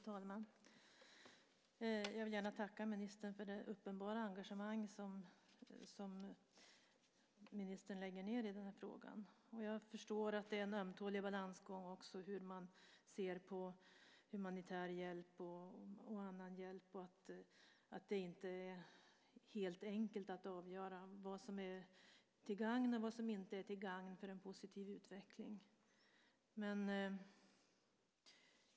Fru talman! Jag vill gärna tacka ministern för det uppenbara engagemang som ministern lägger ned i den här frågan. Jag förstår att det är en ömtålig balansgång också hur man ser på humanitär hjälp och annan hjälp och att det inte är helt enkelt att avgöra vad som är till gagn och vad som inte är till gagn för en positiv utveckling.